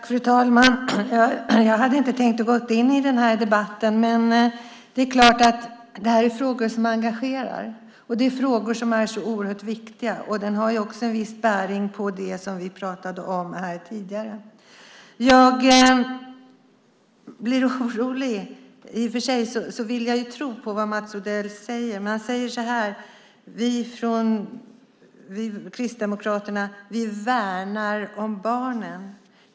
Fru talman! Jag hade inte tänkt gå in i den här debatten. Men det är klart att det här är frågor som engagerar. Det är frågor som är oerhört viktiga. Det har också en viss bäring på det som vi pratade om här tidigare. Jag blir orolig. I och för sig vill jag tro på vad Mats Odell säger. Han säger så här: Vi från Kristdemokraterna värnar om barnen.